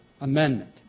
amendment